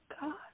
God